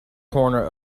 corner